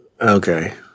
Okay